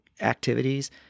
activities